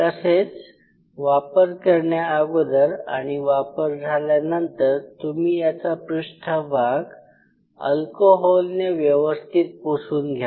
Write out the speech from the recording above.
तसेच वापर करण्याअगोदर आणि वापर झाल्यानंतर तुम्ही याचा पृष्ठभाग अल्कोहोलने व्यवस्थित पुसून घ्यावा